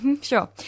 Sure